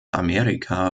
amerika